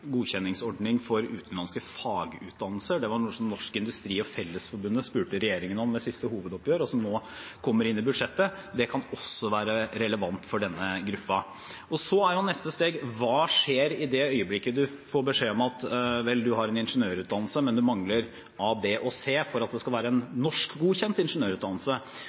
godkjenningsordning for utenlandske fagutdannelser. Det var noe som Norsk Industri og Fellesforbundet spurte regjeringen om ved siste hovedoppgjør, og som nå kommer inn i budsjettet. Det kan også være relevant for denne gruppen. Så er neste steg: Hva skjer i det øyeblikket man får beskjed om at man riktignok har en ingeniørutdannelse, men at man mangler A, B og C for at det skal være en norsk-godkjent ingeniørutdannelse?